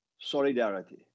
solidarity